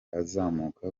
azamuka